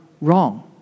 wrong